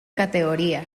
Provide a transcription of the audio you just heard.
categoría